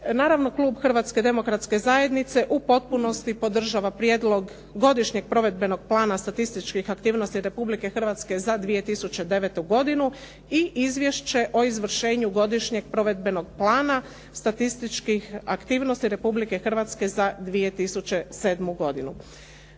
Naravno, klub Hrvatske demokratske zajednice u potpunosti podržava Prijedlog godišnjeg provedbenog plana statističkih aktivnosti Republike Hrvatske za 2009. godinu i Izvješće o izvršenju godišnjeg provedbenog plana statističkih aktivnosti Republike Hrvatske za 2007. godinu.